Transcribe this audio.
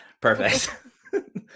Perfect